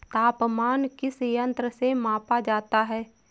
तापमान किस यंत्र से मापा जाता है?